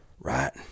right